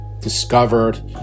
discovered